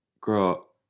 Girl